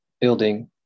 building